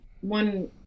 one